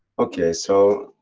okay so,